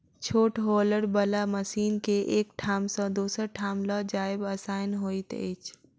छोट हौलर बला मशीन के एक ठाम सॅ दोसर ठाम ल जायब आसान होइत छै